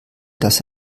dass